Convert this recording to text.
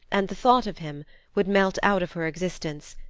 and the thought of him would melt out of her existence,